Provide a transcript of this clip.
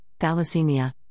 thalassemia